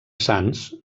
sants